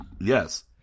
Yes